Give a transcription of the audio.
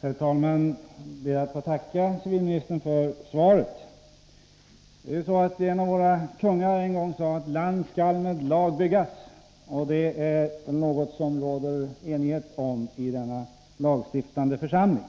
Herr talman! Jag ber att få tacka civilministern för svaret. En av våra kungar sade en gång att land skall med lag byggas, och det är något som det väl råder enighet om i denna lagstiftande församling.